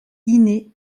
inné